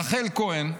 רחל כהן,